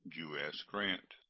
u s. grant.